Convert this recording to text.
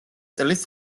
წლის